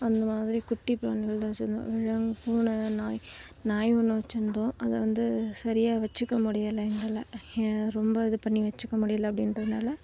அந்த மாதிரி குட்டி பிராணிகள் தான் வச்சிருந்தோம் விலங் பூனை நாய் நாய் ஒன்று வச்சிருந்தோம் அதை வந்து சரியாக வச்சிக்க முடியலை எங்களால் ரொம்ப இது பண்ணி வச்சிக்க முடியல அப்படின்றதனால